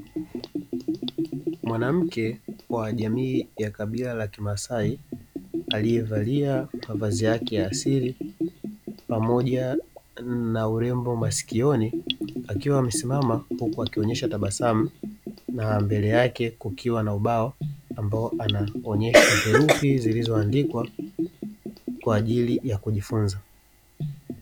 Mwanamke wa jamii ya kabila la kimaasai aliyevali mavazi yake ya asili, pamoja na urembo masikioni. Akiwa amesimama huku akionyesha tabasamu na mbele yake kukiwa na ubao ambao anaonesha herufi zilizoandikwa kwa ajili ya kujifunza.